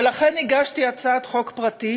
ולכן הגשתי הצעת חוק פרטית,